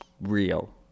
real